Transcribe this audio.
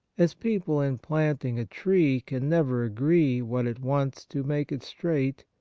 as people in planting a tree can never agree what it wants to make it straight,